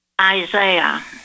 Isaiah